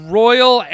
royal